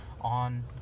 on